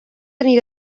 aniré